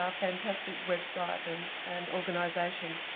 ah fantastic website and and organization.